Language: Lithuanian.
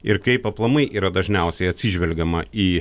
ir kaip aplamai yra dažniausiai atsižvelgiama į